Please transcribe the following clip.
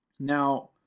now